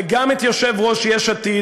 וגם את יושב-ראש יש עתיד,